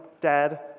dad